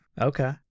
Okay